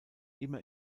immer